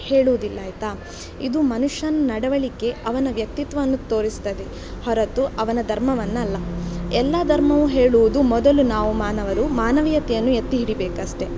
ಹೇಳುವುದಿಲ್ಲ ಆಯಿತಾ ಇದು ಮನುಷ್ಯನ ನಡವಳಿಕೆ ಅವನ ವ್ಯಕ್ತಿತ್ವವನ್ನು ತೋರಿಸ್ತದೆ ಹೊರತು ಅವನ ಧರ್ಮವನ್ನಲ್ಲ ಎಲ್ಲ ಧರ್ಮವು ಹೇಳುವುದು ಮೊದಲು ನಾವು ಮಾನವರು ಮಾನವೀಯತೆಯನ್ನು ಎತ್ತಿ ಹಿಡಿಬೇಕಷ್ಟೆ